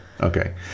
okay